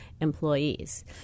employees